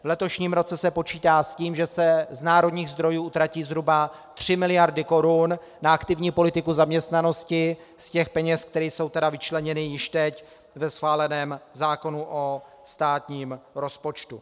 V letošním roce se počítá s tím, že se z národních zdrojů utratí zhruba tři miliardy korun na aktivní politiku zaměstnanosti z těch peněz, které jsou vyčleněny již teď ve schváleném zákonu o státním rozpočtu.